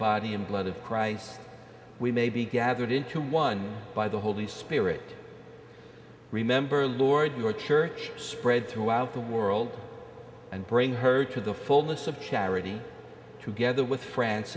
body and blood of christ we may be gathered into one by the holy spirit remember lord your church spread throughout the world and bring her to the fullness of charity together with franc